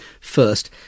first